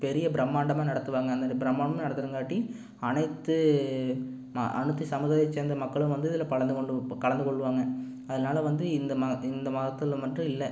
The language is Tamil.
பெரிய பிரம்மாண்டமாக நடத்துவாங்கள் அந்த பிரம்மாண்டமாக நடத்துறங்காட்டி அனைத்து அனைத்து சமுதாயம் சேர்ந்த மக்களும் வந்து இதில் பலந்துக் கொண்டு கலந்துக்கொள்ளுவாங்கள் அதனால வந்து இந்த மத இந்த மதத்தில் மட்டும் இல்லை